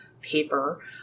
paper